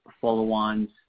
follow-ons